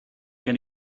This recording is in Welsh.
gen